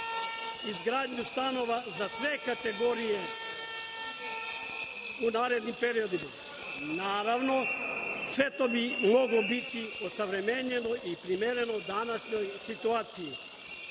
izgradnju stanova za sve kategorije u narednim periodima. Naravno, sve to bi moglo biti osavremenjeno i primereno današnjoj situaciji.